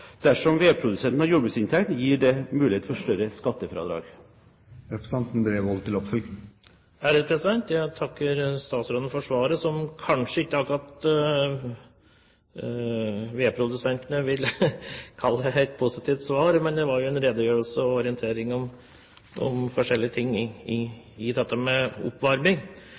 Dersom vedprodusenten har jordbruksinntekt, gir det mulighet for større skattefradrag. Jeg takker statsråden for svaret, som kanskje ikke akkurat vedprodusentene vil kalle et positivt svar, men det var jo en redegjørelse og orientering om forskjellige ting når det gjelder dette med oppvarming.